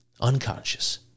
unconscious